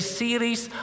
series